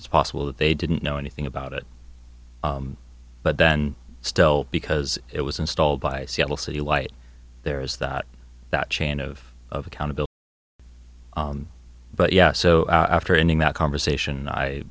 it's possible that they didn't know anything about it but then still because it was installed by seattle city light there is that that chain of of accountability but yeah so after ending that conversation i